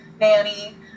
nanny